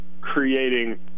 creating